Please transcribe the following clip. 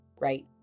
right